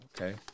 okay